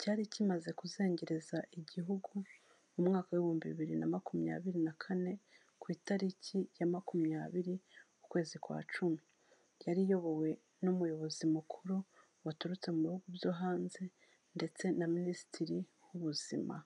cyari kimaze kuzengereza igihugu mu mwaka w'ibihumbi bibiri na makumyabiri na kane, ku itariki ya makumyabiri, ukwezi kwa cumi, yari iyobowe n'Umuyobozi mukuru waturutse mu bihugu byo hanze ndetse na Minisitiri w'Ubuzima.